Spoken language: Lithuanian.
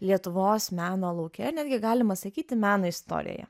lietuvos meno lauke netgi galima sakyti meno istorijoje